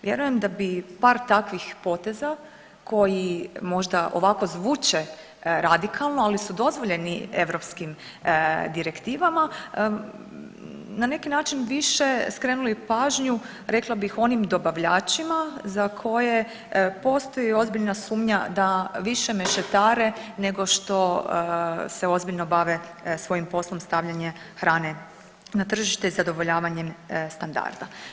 Vjerujem da bi par takvih poteza koji možda ovako zvuče radikalno, ali su dozvoljeni europskim direktivama na neki način više skrenuli pažnju rekla bih onim dobavljačima za koje postoji ozbiljna sumnja da više mešetare nego što se ozbiljno bave svojim poslom stavljanja hrane na tržište i zadovoljavanjem standarda.